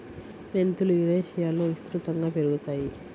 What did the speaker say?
మెంతులు యురేషియాలో విస్తృతంగా పెరుగుతాయి